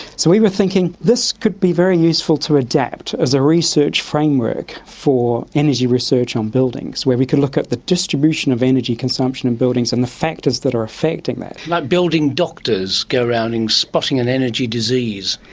so we were thinking this could be very useful to adapt as a research framework for energy research on buildings where we could look at the distribution of energy consumption in buildings and the factors that are affecting that. like building doctors, going around and spotting an energy disease.